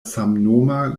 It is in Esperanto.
samnoma